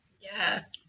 yes